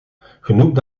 genoemd